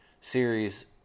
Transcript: series